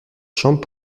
chambre